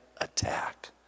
attack